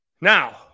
Now